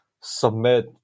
submit